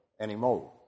anymore